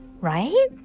Right